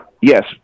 Yes